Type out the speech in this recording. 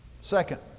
Second